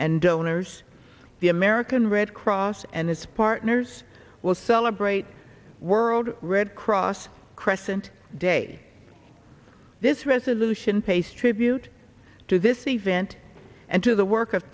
and donors the american red cross and its partners will celebrate world red cross crescent day this resolution pays tribute to this event and to the work of